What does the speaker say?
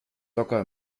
locker